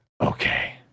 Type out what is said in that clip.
Okay